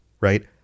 right